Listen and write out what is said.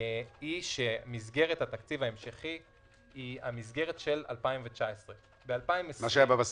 היא שמסגרת התקציב ההמשכי היא המסגרת של 2019. מה שהיה בבסיס?